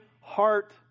heart